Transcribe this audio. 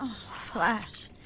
Flash